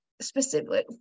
specifically